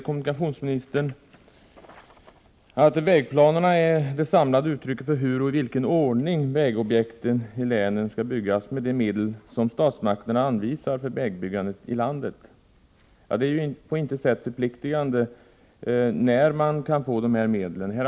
Kommunikationsministern säger nu: ”Vägplanerna är det samlade uttrycket för hur och i vilken ordning vägobjekten i länen skall byggas med de medel som statsmakterna anvisar för vägbyggandet i landet.” Detta uttalande är på intet sätt förpliktande i frågan om när dessa medel kommer att beviljas.